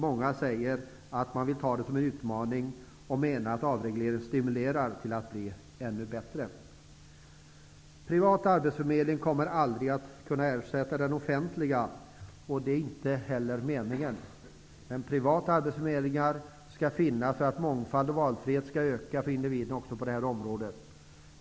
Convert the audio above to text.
Många säger att de vill ta det som en utmaning och menar att avregleringen stimulerar dem att bli ännu bättre. Privat arbetsförmedling kommer aldrig att kunna ersätta den offentliga -- det är inte heller meningen. Privat arbetsförmedling skall finnas för att mångfald och valfrihet för individen skall öka också på det här området.